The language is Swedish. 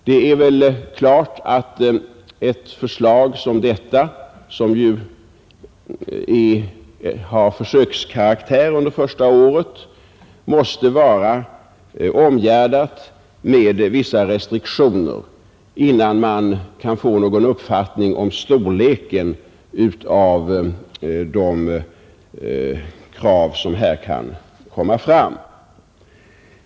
Det är klart att ett förslag som detta, som har försökskaraktär under det första året, måste vara omgärdat med vissa restriktioner innan man kan få någon uppfattning om storleken av de krav som kan komma att ställas.